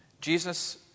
Jesus